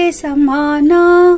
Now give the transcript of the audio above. samana